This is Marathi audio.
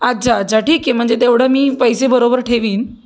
अच्छा अच्छा ठीक आहे म्हणजे तेवढं मी पैसे बरोबर ठेवीन